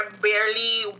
barely